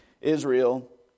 Israel